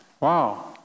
wow